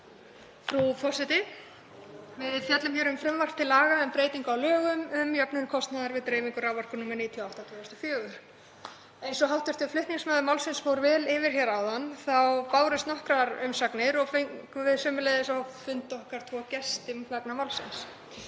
Frú forseti. Við fjöllum hér um frumvarp til laga um breytingu á lögum um jöfnun kostnaðar við dreifingu raforku, nr. 98/2004. Eins og hv. flutningsmaður málsins fór vel yfir áðan bárust nokkrar umsagnir og fengum við sömuleiðis á fund okkar tvo gesti vegna málsins.